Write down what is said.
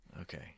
Okay